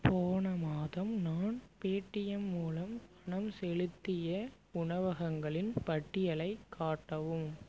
போன மாதம் நான் பேடிஎம் மூலம் பணம் செலுத்திய உணவகங்களின் பட்டியலைக் காட்டவும்